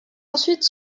ensuite